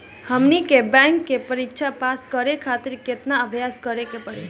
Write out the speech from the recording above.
हमनी के बैंक के परीक्षा पास करे खातिर केतना अभ्यास करे के पड़ी?